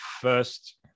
first